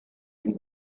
him